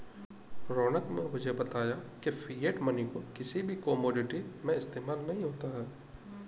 रौनक ने मुझे बताया की फिएट मनी को किसी भी कोमोडिटी में इस्तेमाल नहीं होता है